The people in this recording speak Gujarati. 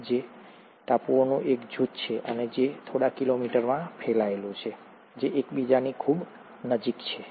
અને આ ટાપુઓનું એક જૂથ છે જે થોડા કિલોમીટરમાં ફેલાયેલું છે એકબીજાની ખૂબ નજીક છે